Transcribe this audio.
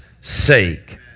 sake